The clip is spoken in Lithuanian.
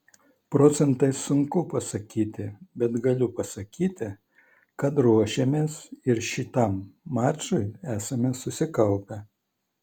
procentais sunku pasakyti bet galiu pasakyti kad ruošėmės ir šitam mačui esame susikaupę